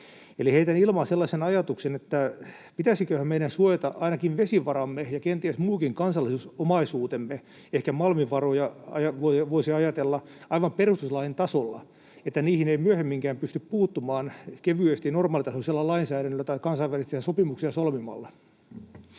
sellaisen ajatuksen, että pitäisiköhän meidän suojata ainakin vesivaramme — ja kenties muukin kansallisomaisuutemme, ehkä malmivaroja voisi ajatella — aivan perustuslain tasolla, että niihin ei myöhemminkään pysty puuttumaan kevyesti normaalitasoisella lainsäädännöllä tai kansainvälisiä sopimuksia solmimalla.